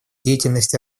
деятельности